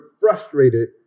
frustrated